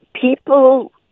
people